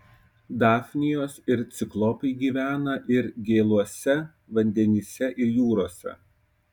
dafnijos ir ciklopai gyvena ir gėluose vandenyse ir jūrose